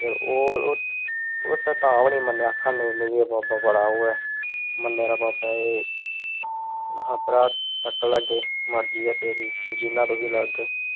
फिर ओह् ओह् तां बी नी मन्नेआ ओह् आक्खा दा एह् बाबा बड़ा ओह् ऐ मन्ने दा बाबा ऐ ओह् महां भ्राह् तक्की लै अग्गें मर्जी ऐ तेरी जियां तुगी लग्गग